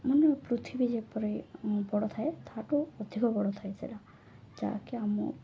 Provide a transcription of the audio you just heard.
ମାନେ ପୃଥିବୀ ଯେପରି ବଡ଼ଥାଏ ତାହାଠୁ ଅଧିକ ବଡ଼ଥାଏ ସେଟା ଯାହାକି ଆମ